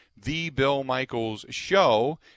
TheBillMichaelsShow